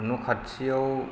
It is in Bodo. न' खाथियाव